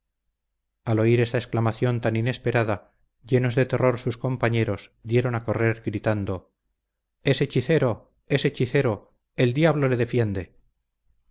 al oír esta exclamación tan inesperada llenos de terror sus compañeros dieron a correr gritando es hechicero es hechicero el diablo le defiende